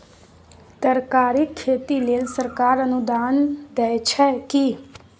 तरकारीक खेती लेल सरकार अनुदान दै छै की?